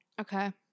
Okay